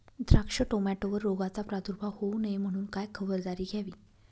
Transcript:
द्राक्ष, टोमॅटोवर रोगाचा प्रादुर्भाव होऊ नये म्हणून काय खबरदारी घ्यावी?